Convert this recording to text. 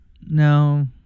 No